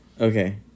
Okay